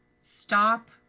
stop